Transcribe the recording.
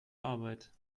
arbeit